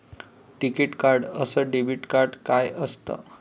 टिकीत कार्ड अस debit card काय असत?